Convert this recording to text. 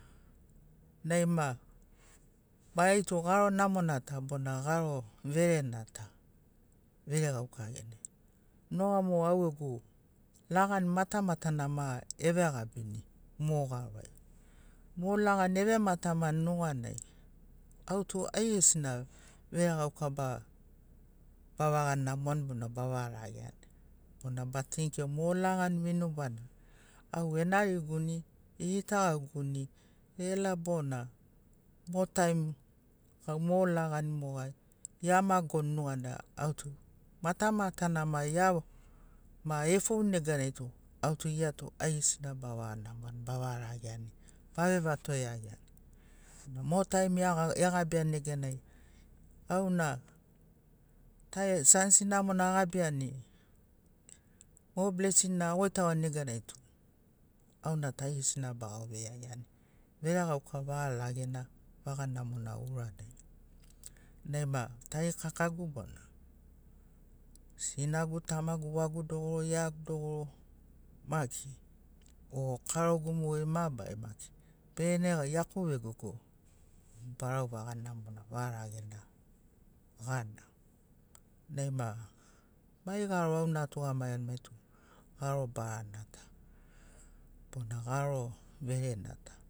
Naima maitu garo namona ta bona garo verena ta veregauka gena. Nogamo au gegu lagani matamatana ma evegabini mo garo ai. Mo lagani eve matamani nuganai au tu aigesina veregauka ba bavaga namoani bona bavaga rageani bona ba tanikiuni. Mo lagani vinubana au enariguni igita gauguni ela bona mo taim mo lagani moga ia magoni nuganai au tu matamatana ma efouni neganai tu au tu gia tu aigesina bavaga namoani bavaga rageani ba vevato iagiani. Bena mo taim egabiani neganai auna sanisi namona agabiani mo blesin na agoitagoani nega naitu auna aigesina bagauvei iagiani. Veregauka vaga lagena vaga namona uranai. Naima tarikakagu bona sinagu tamagu wagu dogoro iaiagu dogoro maki o karogu mogeri mabarari maki begene iaku vegogo barau vaga namona vaga ragena gana. Nai ma mai garo auna atugamagiani maitu garo barana ta bona garo vere na ta.